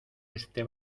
este